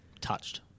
touched